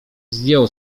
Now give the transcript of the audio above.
zdjął